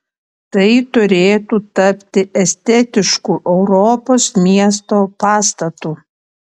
tai turėtų tapti estetišku europos miesto pastatu